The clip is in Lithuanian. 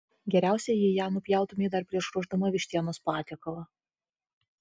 geriausia jei ją nupjautumei dar prieš ruošdama vištienos patiekalą